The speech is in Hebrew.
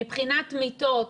מבחינת מיטות,